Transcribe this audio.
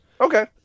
Okay